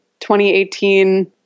2018